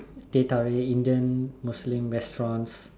teh-tarik Indian Muslim restaurants